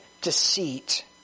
deceit